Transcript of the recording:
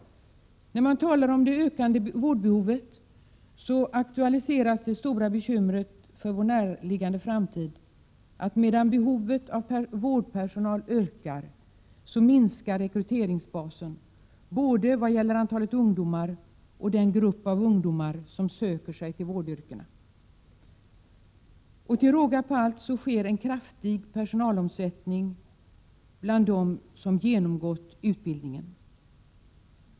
När man talar om det ökande vårdbehovet aktualiseras det stora bekymret inför vår närliggande framtid, nämligen att medan behovet av vårdpersonal ökar, minskar basen för rekrytering både när det gäller antalet ungdomar och den grupp av ungdomar som söker sig till vårdyrken. Till råga på allt sker en kraftig omsättning bland den personal som har genomgått utbildning.